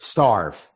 Starve